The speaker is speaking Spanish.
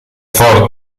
ford